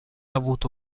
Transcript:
avuto